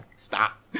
Stop